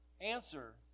answer